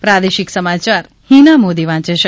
પ્રાદેશિક સમાયાર હીના મોદી વાંચે છે